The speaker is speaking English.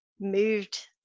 moved